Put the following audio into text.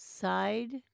Side